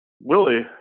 Willie